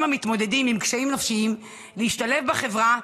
המתמודדים עם קשיים נפשיים להשתלב בחברה,